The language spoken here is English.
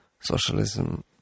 Socialism